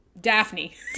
Daphne